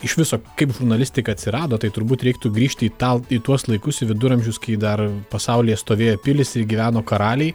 iš viso kaip žurnalistika atsirado tai turbūt reiktų grįžti į tal į tuos laikus į viduramžius kai dar pasaulyje stovėjo pilys ir gyveno karaliai